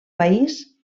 país